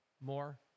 more